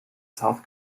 south